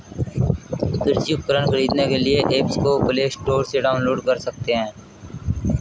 कृषि उपकरण खरीदने के लिए एप्स को प्ले स्टोर से डाउनलोड कर सकते हैं